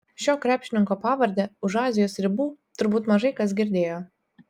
šio krepšininko pavardę už azijos ribų turbūt mažai kas girdėjo